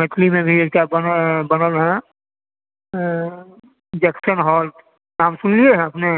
मैथिलीमे भी एकटा बनल हँ नाम सुनले होयब ने